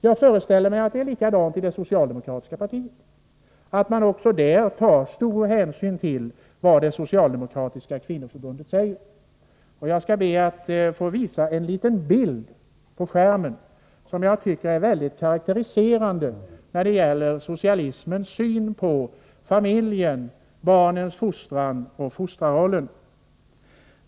Jag föreställer mig att det är likadant i det socialdemokratiska partiet, att man också där tar stor hänsyn till vad kvinnoförbundet säger. Jag skall be att få visa en bild på kammarens bildskärm som jag tycker är mycket karakteristisk när det gäller socialismens syn på familjen, barnens fostran och fostrarrollen.